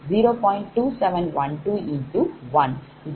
2712X1